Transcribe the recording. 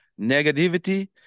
Negativity